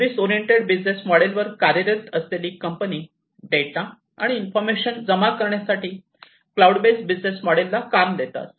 service oriented business मॉडेलवर कार्यरत असलेल्या कंपनी डेटा आणि इन्फॉर्मेशन जमा करण्यासाठी क्लाऊड बेस्ड बिजनेस मॉडेल ला काम देतात